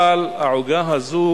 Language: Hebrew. אבל העוגה הזאת